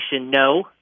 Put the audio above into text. no